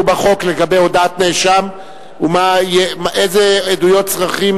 בחוק לגבי הודאת נאשם ואילו עדויות נוספות צריכים,